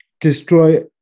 destroy